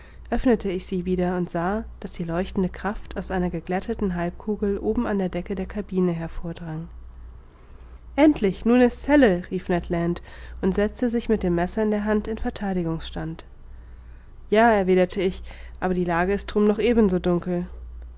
öffnete ich sie wieder und sah daß die leuchtende kraft aus einer geglätteten halbkugel oben an der decke der cabine hervordrang endlich nun ist's helle rief ned land und setzte sich mit dem messer in der hand in vertheidigungsstand ja erwiderte ich aber die lage ist drum noch ebenso dunkel